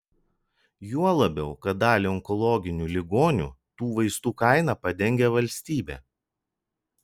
juo labiau kad daliai onkologinių ligonių tų vaistų kainą padengia valstybė